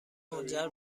منجر